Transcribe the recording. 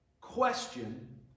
question